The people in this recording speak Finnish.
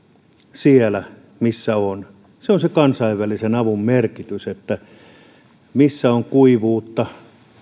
siellä missä on se on sen kansainvälisen avun merkitys että meidän pitää pyrkiä täältä auttamaan siellä missä on kuivuutta